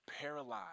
paralyzed